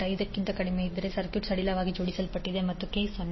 5 ಕ್ಕಿಂತ ಕಡಿಮೆಯಿದ್ದರೆ ಸರ್ಕ್ಯೂಟ್ ಸಡಿಲವಾಗಿ ಜೋಡಿಸಲ್ಪಟ್ಟಿದೆ ಮತ್ತು k 0